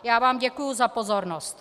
Já vám děkuju za pozornost.